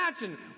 imagine